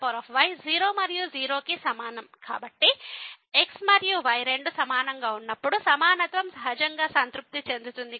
కాబట్టి x మరియు y రెండూ సమానంగా ఉన్నప్పుడు సమానత్వం సహజంగా సంతృప్తి చెందుతుంది